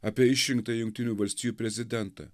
apie išrinktąjį jungtinių valstijų prezidentą